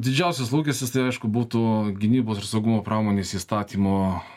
didžiausias lūkestis tai aišku būtų gynybos ir saugumo pramonės įstatymo